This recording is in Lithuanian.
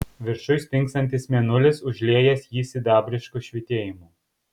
viršuj spingsantis mėnulis užliejęs jį sidabrišku švytėjimu